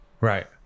Right